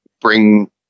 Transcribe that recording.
bring